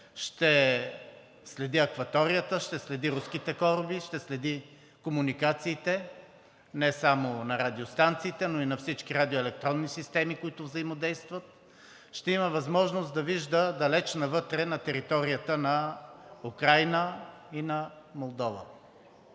Ще следи акваторията, ще следи руските кораби, ще следи комуникациите не само на радиостанциите, но и на всички радиоелектронни системи, които взаимодействат. Ще има възможност да вижда далеч навътре на територията на Украйна и на Молдова.